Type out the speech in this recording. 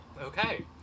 Okay